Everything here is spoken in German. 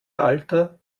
alter